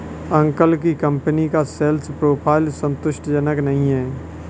uncle की company का sales profile संतुष्टिजनक नही है